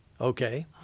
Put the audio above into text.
okay